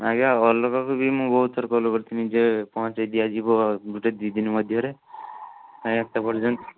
ଆଜ୍ଞା ଅଲଗାକୁ ବି ମୁଁ ବହୁତ ଥର କଲ୍ କରିଥିଲି ଯେ ପହଞ୍ଚାଇ ଦିଆଯିବ ଗୋଟେ ଦୁଇଦିନ ମଧ୍ୟରେ କାହିଁ ଏତେ ପର୍ଯ୍ୟନ୍ତ